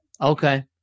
Okay